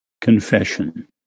confession